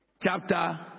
Chapter